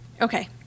Okay